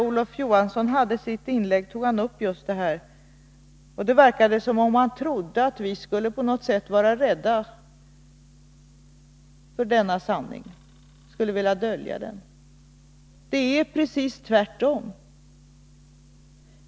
Olof Johansson tog i sitt inlägg upp just detta. Det verkade som om han trodde att vi på något sätt skulle vara rädda för denna sanning, att vi skulle vilja dölja den. Det är precis tvärtom.